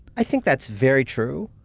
i think that's very true.